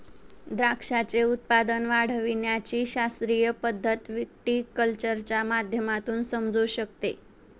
द्राक्षाचे उत्पादन वाढविण्याची शास्त्रीय पद्धत व्हिटीकल्चरच्या माध्यमातून समजू शकते